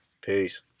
peace